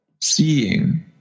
seeing